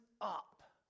up